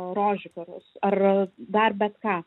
rožių karus ar dar bet ką